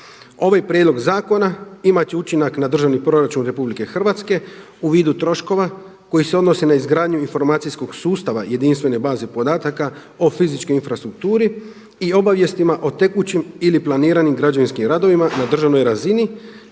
Ovaj prijedlog zakona imat će učinak na državni proračun RH u vidu troškova koji se odnose na izgradnju informacijskog sustava jedinstvene baze podataka o fizičkoj infrastrukturi i obavijestima o tekućim ili planiranim građevinskim radovima na državnoj razini